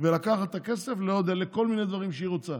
ולקחת את הכסף לכל מיני דברים שהיא רוצה,